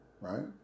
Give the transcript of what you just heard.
right